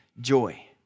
joy